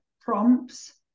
prompts